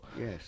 Yes